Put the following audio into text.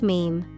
Meme